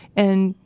and,